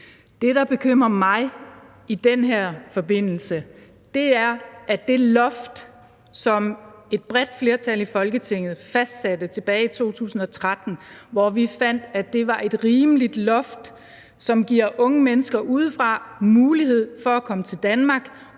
Det, der bekymrer mig i den her forbindelse, er i forhold til det loft, som et bredt flertal i Folketinget fastsatte tilbage i 2013, hvor vi fandt, at det var et rimeligt loft, som giver unge mennesker udefra mulighed for at komme til Danmark